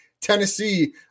Tennessee